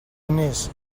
diners